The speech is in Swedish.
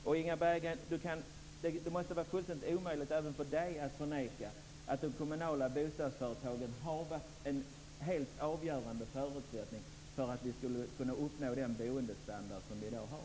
Det måste vara fullständigt omöjligt även för Inga Berggren att förneka att de kommunala bostadsföretagen har varit en helt avgörande förutsättning för att vi skulle kunna uppnå den boendestandard som vi i dag har.